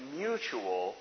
mutual